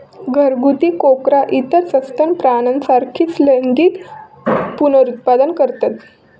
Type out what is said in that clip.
घरगुती कोकरा इतर सस्तन प्राण्यांसारखीच लैंगिक पुनरुत्पादन करतत